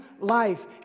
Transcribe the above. life